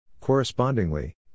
Correspondingly